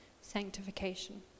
sanctification